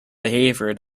behavior